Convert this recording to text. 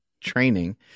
training